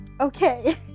okay